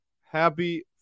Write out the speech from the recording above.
Happy